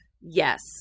Yes